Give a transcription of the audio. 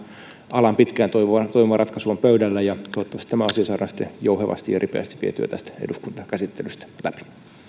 alan pitkään toivoma toivoma ratkaisu on pöydällä toivottavasti tämä asia saadaan sitten jouhevasti ja ripeästi vietyä tästä eduskuntakäsittelystä läpi